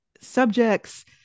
subjects